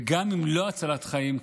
וגם אם זו לא הצלת חיים,